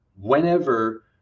Whenever